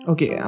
Okay